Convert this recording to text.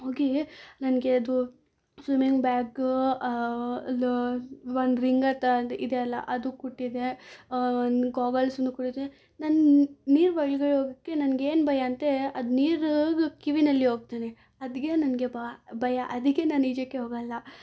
ಹೋಗಿ ನನಗೆ ಅದು ಸ್ವಿಮಿಂಗ್ ಬ್ಯಾಗ ಅದು ಒಂದು ರಿಂಗ ತರದ್ದು ಇದೆ ಅಲ್ಲಾ ಅದು ಕೊಟ್ಟಿದೆ ಒಂದು ಗಾಗಲ್ಸೂನೂ ಕೊಟ್ಟಿದೆ ನಾನು ನೀರು ನೀರು ಒಳಗಡೆ ಹೋಗಕ್ಕೆ ನನ್ಗೇನು ಭಯ ಅಂತೇ ಅದು ನೀರು ಕಿವಿಯಲ್ಲಿ ಹೋಗ್ತದೆ ಅದಿಕ್ಕೆ ನನಗೆ ಬಾ ಭಯ ಅದಕ್ಕೆ ನಾನು ಈಜಕ್ಕೆ ಹೋಗಲ್ಲ